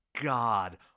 god